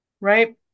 Right